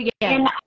again